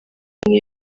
umwe